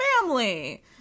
family